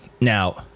Now